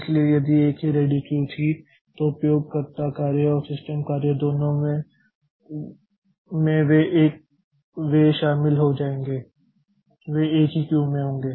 इसलिए यदि एक ही रेडी क्यू थी तो उपयोगकर्ता कार्य और सिस्टम कार्य दोनों में वे शामिल हो जाएंगे वे एक ही क्यू में होंगे